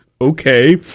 Okay